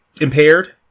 impaired